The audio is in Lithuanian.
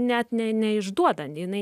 net neišduoda jinai